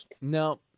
No